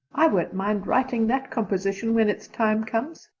i won't mind writing that composition when its time comes,